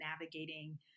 navigating